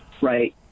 right